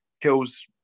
kills